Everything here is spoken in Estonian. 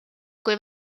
kui